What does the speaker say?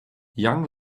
young